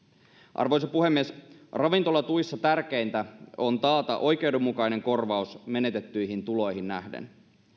arvoisa puhemies ravintolatuissa tärkeintä on taata oikeudenmukainen korvaus menetettyihin tuloihin nähden